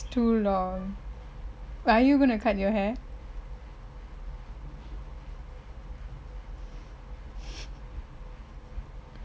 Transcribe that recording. too long wait are you going to cut your hair